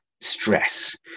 stress